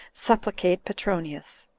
supplicate petronius.